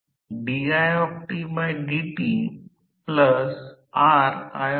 तर स्वाभाविकच व्होल्टेज देखील स्टेटर विंडिंग मध्ये प्रेरित करेल